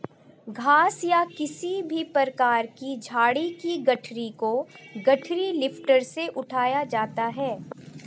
घास या किसी भी प्रकार की झाड़ी की गठरी को गठरी लिफ्टर से उठाया जाता है